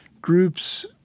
groups